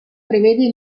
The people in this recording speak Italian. prevede